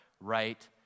right